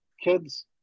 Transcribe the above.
kids